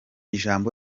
ijambo